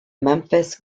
memphis